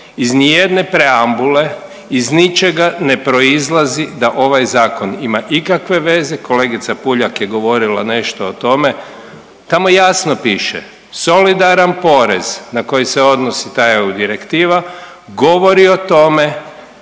iz ni jedne preambule, iz ničega ne proizlazi da ovaj Zakon ima ikakve veze, kolegica Puljak je govorila nešto o tome. Tamo jasno piše solidaran porez na koji se odnosi taj EU direktiva govori o tome